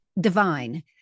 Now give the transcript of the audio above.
divine